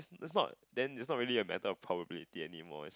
it's not then it's not really a matter of probability anymore